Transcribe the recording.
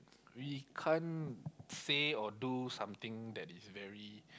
we can't say or do something that is very